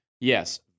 yes